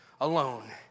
alone